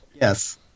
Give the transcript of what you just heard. Yes